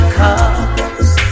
comes